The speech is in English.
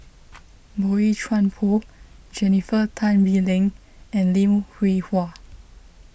Boey Chuan Poh Jennifer Tan Bee Leng and Lim Hwee Hua